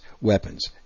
weapons